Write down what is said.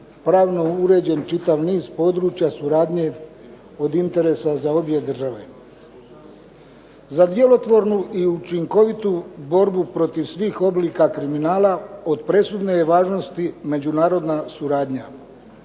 pravno uređen čitav niz područja suradnje od interesa za obje države. Za djelotvornu i učinkovitu borbu protiv svih oblika kriminala od presudne je važnosti međunarodna suradnja.